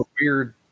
weird